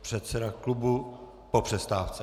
Předseda klubu po přestávce.